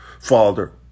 Father